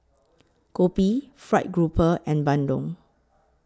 Kopi Fried Grouper and Bandung